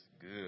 good